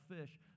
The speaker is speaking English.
fish